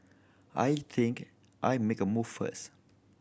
I think I'll make a move first